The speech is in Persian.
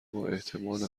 باحتمال